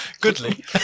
Goodly